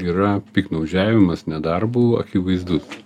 yra piktnaudžiavimas nedarbu akivaizdus